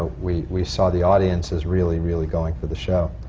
we we saw the audiences really, really going for the show.